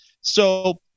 So-